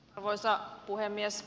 arvoisa puhemies